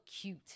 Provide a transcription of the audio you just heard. cute